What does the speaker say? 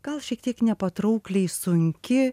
gal šiek tiek nepatraukliai sunki